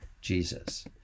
Jesus